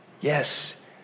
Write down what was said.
yes